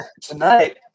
tonight